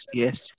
yes